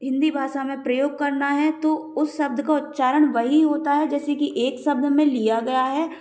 हिंदी भाषा में प्रयोग करना है तो उस शब्द का उच्चारण वही होता है जैसे कि एक शब्द में लिया गया है